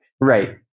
Right